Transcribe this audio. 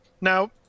Now